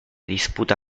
disputa